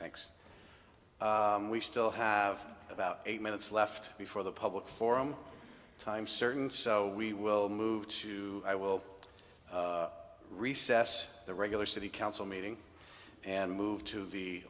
thanks we still have about eight minutes left before the public forum time certain so we will move to i will recess the regular city council meeting and move to the